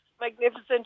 Magnificent